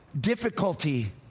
difficulty